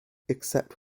except